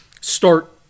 start